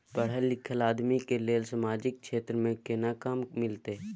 पढल लीखल आदमी के लेल सामाजिक क्षेत्र में केना काम मिलते?